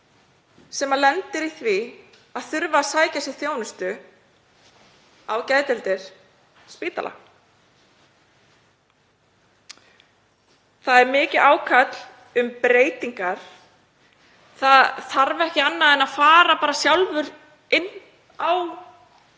sem lendir í því að þurfa að sækja sér þjónustu á geðdeildir spítala. Það er mikið ákall um breytingar. Ekki þarf annað en að fara bara sjálfur inn á, hvort